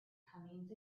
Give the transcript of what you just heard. comings